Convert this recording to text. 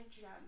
gem